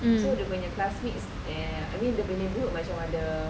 mm